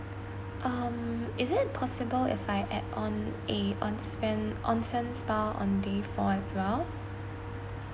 um is it possible if I add on a onsen spa on day four as well